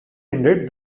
ended